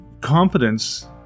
confidence